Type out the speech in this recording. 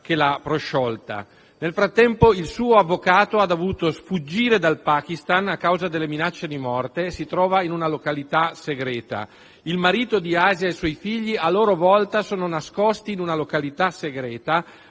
Nel frattempo, il suo avvocato è dovuto fuggire dal Pakistan a causa delle minacce di morte e si trova in una località segreta. Il marito di Asia e i suoi figli, a loro volta, sono nascosti in una località segreta